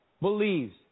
believes